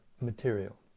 material